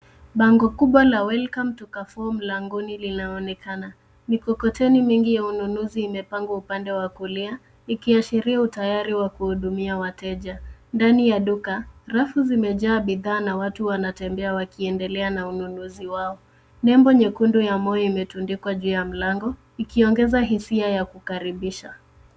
Bango kubwa la welcome to Carrefour mlangoni linaonekana. Mikokoteni mingi ya ununuzi imepangwa upande wa kulia ikiashiria utayari wa kuhudumia wateja. Ndani ya duka, rafu zimejaa bidhaa na watu wanatembea wakiendelea na ununuzi wao. Nembo nyekundu ya moyo imetundikwa juu ya mlango ikiongeza hisia ya kukaribisha.